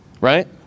right